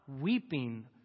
weeping